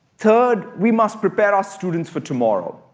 third, we must prepare our students for tomorrow.